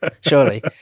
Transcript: surely